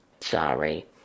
Sorry